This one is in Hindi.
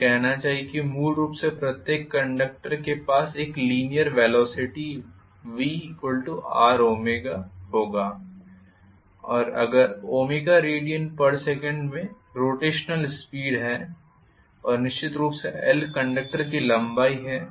मुझे कहना चाहिए कि मूल रूप से प्रत्येक कंडक्टर के पास एक लीनीयर वेलोसिटी vrω होगा अगर radsec में रोटेशनल स्पीड है और निश्चित रूप से l कंडक्टर की लंबाई है